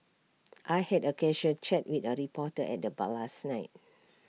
I had A casual chat with A reporter at the bar last night